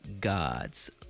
gods